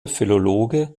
philologe